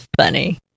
Funny